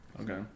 Okay